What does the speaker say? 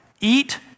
eat